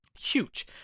huge